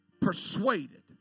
persuaded